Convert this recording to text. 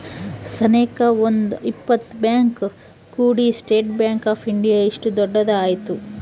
ಸನೇಕ ಒಂದ್ ಇಪ್ಪತ್ ಬ್ಯಾಂಕ್ ಕೂಡಿ ಸ್ಟೇಟ್ ಬ್ಯಾಂಕ್ ಆಫ್ ಇಂಡಿಯಾ ಇಷ್ಟು ದೊಡ್ಡದ ಆಯ್ತು